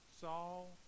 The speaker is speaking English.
Saul